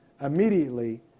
immediately